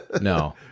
no